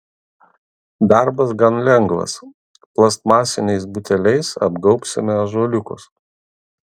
darbas gan lengvas plastmasiniais buteliais apgaubsime ąžuoliukus